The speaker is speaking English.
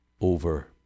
Over